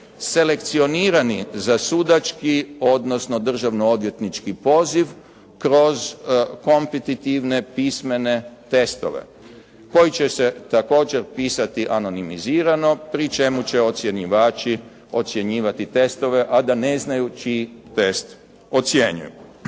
selekcionirani za sudački, odnosno državno odvjetnički poziv kroz kompetitivne pismene testove koji će se također pisati anonimizirano pri čemu će ocjenjivači ocjenjivati testove, a da ne znaju čiji test ocjenjuju.